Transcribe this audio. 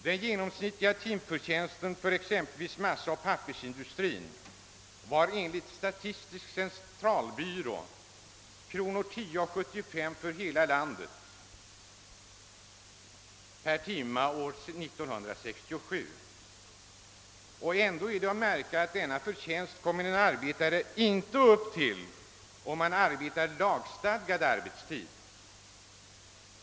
Den genomsnittliga timförtjänsten i pappersoch massaindustrin var enligt statistiska centralbyrån 10 kronor 75 öre per timme år 1967, om man räknar med hela landet. Då skall man emellertid märka att en arbetare inte kommer upp till den förtjänsten vid arbete under lagstadgad arbetstid.